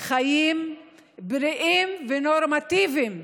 חיים בריאים ונורמטיביים.